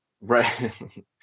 right